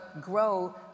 grow